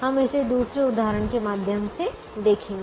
हम इसे दूसरे उदाहरण के माध्यम से देखेंगे